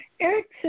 Eric